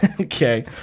okay